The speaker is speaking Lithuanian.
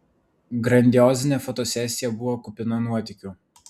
grandiozinė fotosesija buvo kupina nuotykių